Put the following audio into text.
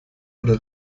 oder